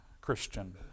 Christian